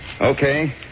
Okay